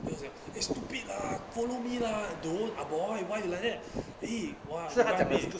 等他像 !hey! stupid lah follow me lah don't ah boy why you liddat !ee! !wah! you know what I mean